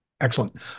Excellent